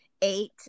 eight